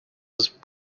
was